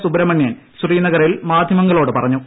സുബ്രഹ്മണ്യൻ ശ്രീനഗറിൽ മാധ്യമങ്ങളോട് പറഞ്ഞു